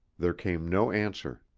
there came no answer.